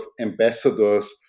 ambassadors